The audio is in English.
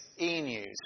e-news